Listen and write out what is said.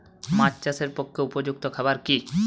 মাছ চাষের পক্ষে উপযুক্ত খাবার কি কি?